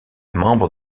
membre